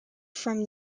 from